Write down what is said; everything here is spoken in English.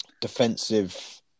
defensive